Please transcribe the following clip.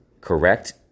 correct